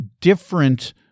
different